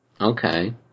Okay